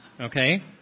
okay